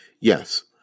Yes